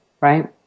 right